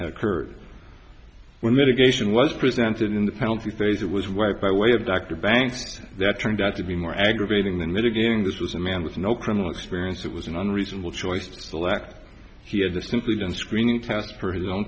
had occurred when litigation was presented in the penalty phase it was white by way of dr banks that turned out to be more aggravating and mitigating this was a man with no criminal experience it was an unreasonable choice to select he had the simply done screening test for his own